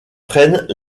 prennent